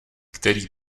který